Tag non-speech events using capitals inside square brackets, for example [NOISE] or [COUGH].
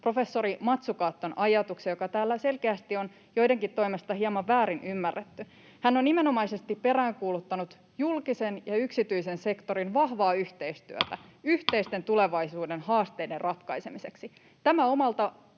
professori Mazzucaton ajatuksen, joka täällä selkeästi on joidenkin toimesta hieman väärin ymmärretty. Hän on nimenomaisesti peräänkuuluttanut julkisen ja yksityisen sektorin vahvaa yhteistyötä [NOISE] yhteisten tulevaisuuden haasteiden ratkaisemiseksi. Tämä omalta